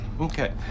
Okay